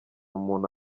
umuntu